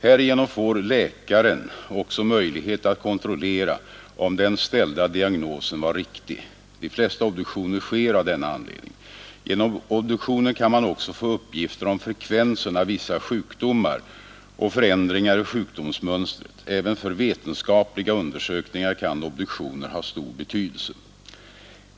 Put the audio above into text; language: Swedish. Härigenom får läkaren också möjlighet att kontrollera om den ställda diagnosen var riktig. De flesta obduktioner sker av denna anledning. Genom obduktioner kan man också få uppgifter om frekvensen av vissa sjukdomar och förändringar i sjukdomsmönstret. Även för vetenskapliga undersökningar kan obduktioner ha stor betydelse.